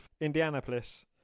Indianapolis